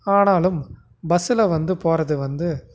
ஆனாலும் பஸ்ஸில் வந்து போவது வந்து